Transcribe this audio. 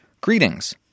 Greetings